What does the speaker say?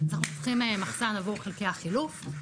אז אנחנו צריכים מחסן עבור חלקי החילוף,